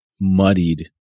muddied